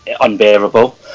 unbearable